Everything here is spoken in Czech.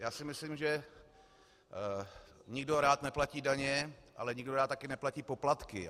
Já si myslím, že nikdo rád neplatí daně, ale nikdo rád také neplatí poplatky.